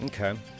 Okay